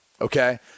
Okay